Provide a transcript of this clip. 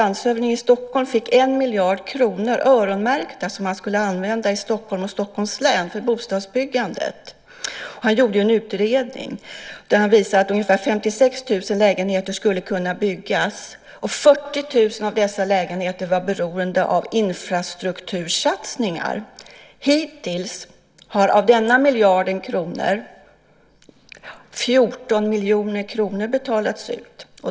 Landshövdingen i Stockholm fick 1 miljard öronmärkta kronor för att använda till bostadsbyggande i Stockholm och Stockholms län. Han gjorde en utredning där han visade att ungefär 56 000 lägenheter skulle kunna byggas, och 40 000 av dessa lägenheter var beroende av infrastruktursatsningar. Hittills har av denna miljard kronor 14 miljoner kronor betalats ut.